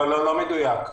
לא מדויק.